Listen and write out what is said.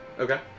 Okay